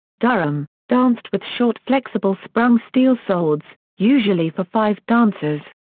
durham, danced with short flexible sprung steel swords, usually for five dancers.